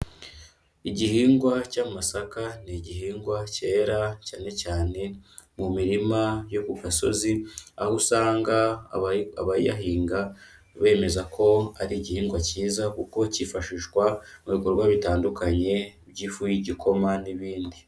Igihingwa cy'amasaka ni igihingwa cyera, cyane cyane mu mirima yo ku gasozi, aho usanga abayahinga bemeza ko ari igihingwa cyiza, kuko cyifashishwa mu bikorwa bitandukanye by'ifu y'igikoma n'ibindi.